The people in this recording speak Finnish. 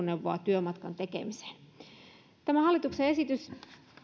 verrattavaa kulkuneuvoa työmatkan tekemiseen tämä hallituksen esitys